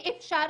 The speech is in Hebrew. אי אפשר